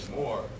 more